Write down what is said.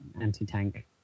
anti-tank